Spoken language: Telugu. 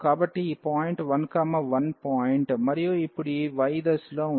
కాబట్టి ఈ పాయింట్ 11 పాయింట్ మరియు ఇప్పుడు ఈ y దిశలో ఉంది